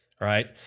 right